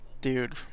dude